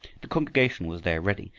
the congregation was there ready,